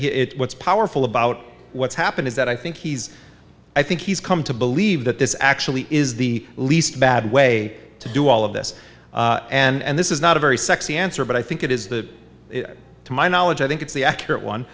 it what's powerful about what's happened is that i think he's i think he's come to believe that this actually is the least bad way to do all of this and this is not a very sexy answer but i think it is the to my knowledge i think it's the accurate one